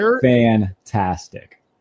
fantastic